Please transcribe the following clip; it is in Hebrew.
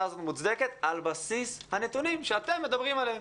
הזאת מוצדקת על בסיס הנתונים שאתם מדברים עליהם.